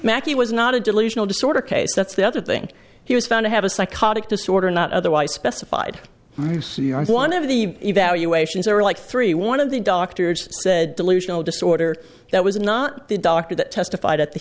mackey was not a delusional disorder case that's the other thing he was found to have a psychotic disorder not otherwise specified you see on one of the evaluations or like three one of the doctors said delusional disorder that was not the doctor that testified at the